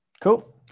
cool